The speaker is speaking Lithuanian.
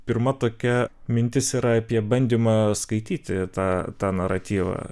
pirma tokia mintis yra apie bandymą skaityti tą tą naratyvą